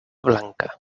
blanca